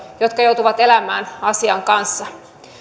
jotka joutuvat elämään asian kanssa